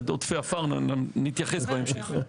עודפי עפר נתייחס בהמשך.